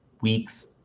weeks